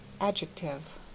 Adjective